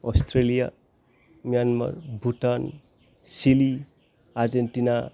Australia Myanmar Bhutan silly Argentina